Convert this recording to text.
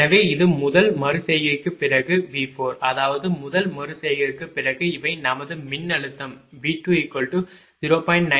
எனவே இது முதல் மறு செய்கைக்குப் பிறகு V4 அதாவது முதல் மறு செய்கைக்குப் பிறகு இவை நமது மின்னழுத்தம் V20